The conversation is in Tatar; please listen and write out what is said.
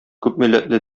күпмилләтле